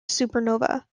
supernova